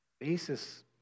Basis